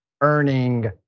earning